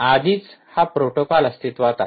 आधीच हा प्रोटोकॉल अस्तित्वात आहे